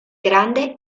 grande